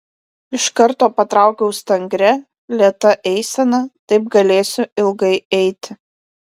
iš karto patraukiau stangria lėta eisena taip galėsiu ilgai eiti